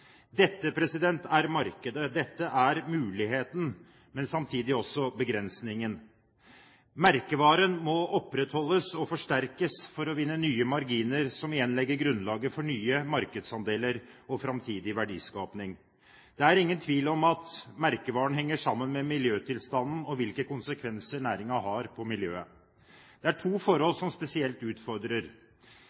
er markedet, dette er muligheten, men samtidig også begrensningen. Merkevaren må opprettholdes og forsterkes for å vinne nye marginer som igjen legger grunnlaget for nye markedsandeler og framtidig verdiskaping. Det er ingen tvil om at merkevaren henger sammen med miljøtilstanden og hvilke konsekvenser næringen har for miljøet. Det er to forhold som spesielt utfordrer.